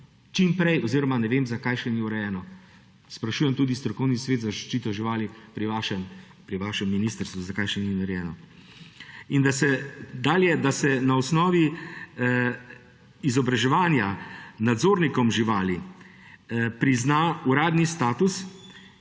čim prej oziroma ne vem, zakaj še ni urejeno. Sprašujem tudi Strokovni svet za zaščito živali pri vašem ministrstvu, zakaj še ni narejeno. Dalje. Da se na osnovi izobraževanja nadzornikom živali prizna uradni status,